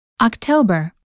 October